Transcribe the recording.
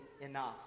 enough